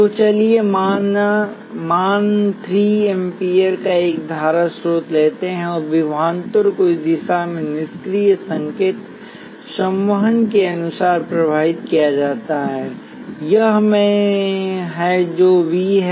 तो चलिए मान 3 एम्पीयर का एक धारा स्रोत लेते हैं और विभवांतर को इस दिशा में निष्क्रिय संकेत संवहन के अनुसार परिभाषित किया जाता है यह मैं है जो V है